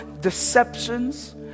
deceptions